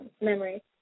memory